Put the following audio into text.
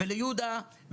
ליהודה,